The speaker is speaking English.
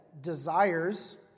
desires